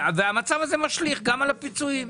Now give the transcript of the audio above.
והמצב הזה משליך גם על הפיצויים.